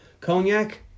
cognac